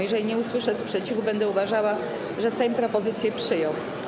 Jeżeli nie usłyszę sprzeciwu, będę uważała, że Sejm propozycję przyjął.